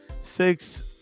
Six